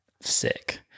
sick